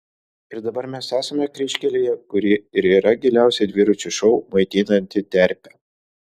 ir dabar mes esame kryžkelėje kuri ir yra giliausia dviračio šou maitinanti terpė